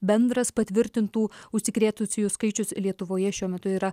bendras patvirtintų užsikrėtusiųjų skaičius lietuvoje šiuo metu yra